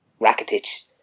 Rakitic